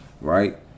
right